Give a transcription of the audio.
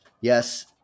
yes